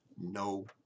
No